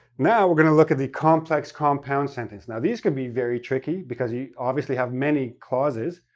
now, we're going to look at the complex-compound sentence. now, these can be very tricky, because you obviously have many clauses.